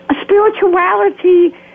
Spirituality